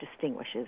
distinguishes